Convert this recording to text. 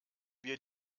wir